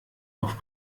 auf